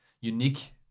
unique